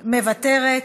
מוותרת.